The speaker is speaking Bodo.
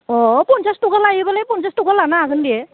अ पन्सास ताका लायोबालाय पन्सास ताका लानो हागोन दे